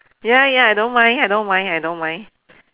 ya ya I don't mind I don't mind I don't mind